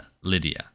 lydia